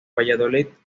valladolid